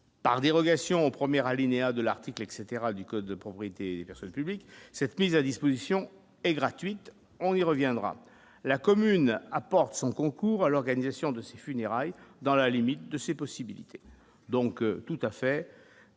par dérogation au 1er alinéa de l'article, etc, du code de propriété des personnes publiques cette mise à disposition et gratuite, on y reviendra la commune apporte son concours à l'organisation de ces funérailles dans la limite de ses possibilités, donc tout à fait,